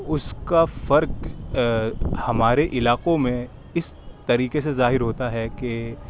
اُس کا فرق ہمارے علاقوں میں اِس طریقے سے ظاہر ہوتا ہے کہ